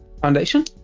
foundation